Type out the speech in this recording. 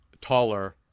taller